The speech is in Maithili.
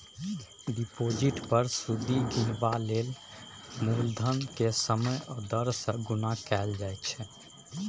डिपोजिट पर सुदि गिनबाक लेल मुलधन केँ समय आ दर सँ गुणा कएल जाइ छै